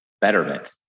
betterment